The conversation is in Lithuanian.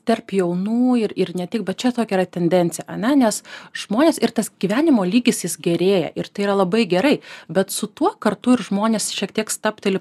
tarp jaunų ir ir ne tik bet čia tokia yra tendencija ane nes žmonės ir tas gyvenimo lygis jis gerėja ir tai yra labai gerai bet su tuo kartu ir žmonės šiek tiek stabteli